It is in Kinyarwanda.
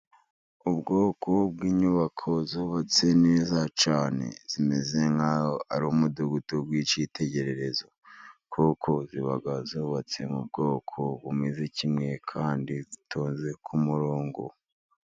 Ubwoko bw'inyubako zubatse neza cyane zimeze nk'aho ari umudugudu w'icyitegererezo, kuko ziba zubatse mu bwoko bumeze kimwe kandi zitonze ku murongo.